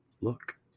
look